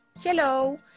Hello